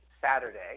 Saturday